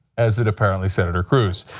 as did apparently senator cruz.